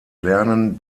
lernen